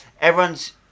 Everyone's